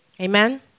Amen